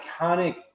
iconic